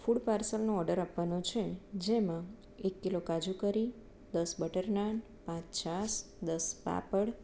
food પાર્સલનો order આપવાનો છે જેમાં એક કિલો કાજુકરી દસ બટર નાન પાંચ છાસ દસ પાપડ